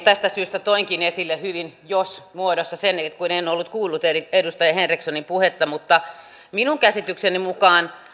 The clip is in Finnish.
tästä syystä toinkin esille hyvin jos muodossa sen kun en ollut kuullut edustaja henrikssonin puhetta minun käsitykseni mukaan